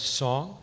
song